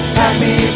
happy